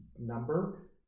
number